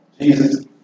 Jesus